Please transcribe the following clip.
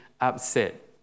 upset